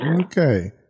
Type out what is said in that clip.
Okay